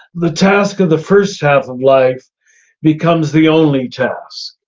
the task of the first half of life becomes the only task.